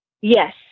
Yes